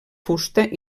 fusta